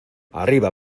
arriba